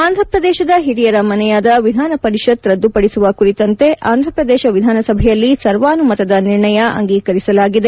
ಆಂಧ್ರಪ್ರದೇಶದ ಹಿರಿಯರ ಮನೆಯಾದ ವಿಧಾನಪರಿಷತ್ ರದ್ದುಪಡಿಸುವ ಕುರಿತಂತೆ ಆಂಧ್ರಪ್ರದೇಶ ವಿಧಾನಸಭೆಯಲ್ಲಿ ಸರ್ವಾನುಮತದ ನಿರ್ಣಯ ಅಂಗೀಕರಿಸಲಾಗಿದೆ